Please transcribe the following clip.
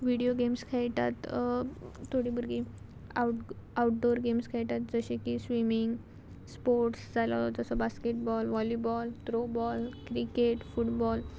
video games खेळटात थोडीं भुरगीं आवटडोर गेम्स खेळटात जशें की स्विमींग स्पोर्ट्स जालो जसो basketball volleyball throwball cricket football